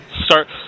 Start